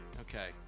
Okay